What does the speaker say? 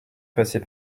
passer